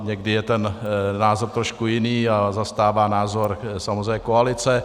Někdy je ten názor trošku jiný a zastává názor samozřejmě koalice.